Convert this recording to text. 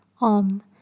Om